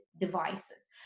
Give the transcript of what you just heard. devices